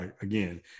again